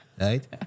Right